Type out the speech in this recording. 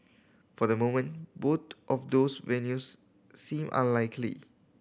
for the moment both of those venues seem unlikely